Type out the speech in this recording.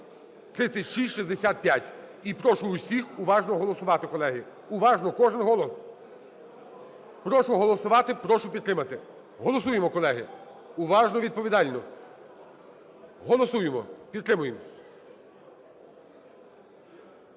3665, і прошу усіх уважно голосувати, колеги. Уважно! Кожен голос! Прошу голосувати. Прошу підтримати. Голосуємо, колеги. Уважно, відповідально. Голосуємо. Підтримуємо.